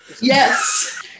Yes